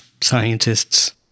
scientists